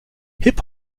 hip